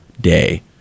day